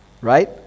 Right